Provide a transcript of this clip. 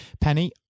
Penny